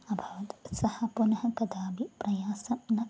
अभवत् सः पुनः कदापि प्रयासं न